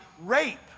Rape